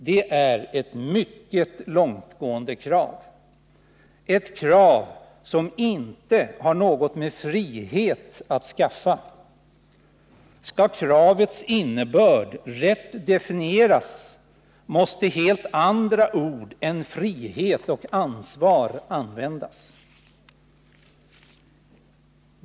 Det är ett mycket långtgående krav, ett om ideella förkrav som inte har något med frihet att skaffa. Skall kravets innebörd rätt eningar ; definieras måste helt andra ord än frihet och ansvar användas.